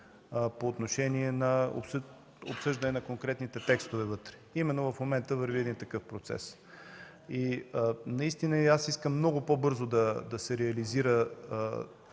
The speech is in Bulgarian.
по отношение на обсъждане на конкретните текстове вътре, в момента върви такъв процес. Аз искам много по-бързо да се реализира